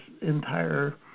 entire